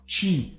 Chi